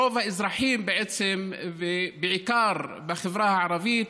רוב האזרחים, ובעיקר בחברה הערבית,